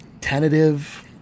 tentative